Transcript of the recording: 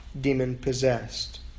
demon-possessed